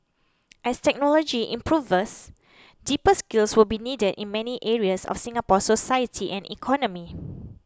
as technology improves deeper skills will be needed in many areas of Singapore's society and economy